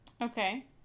Okay